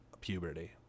puberty